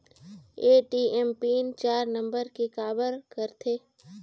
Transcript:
ATM PIN चार number के काबर करथे?